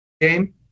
game